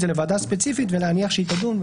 זה לוועדה ספציפית ולהניח שהיא תדון.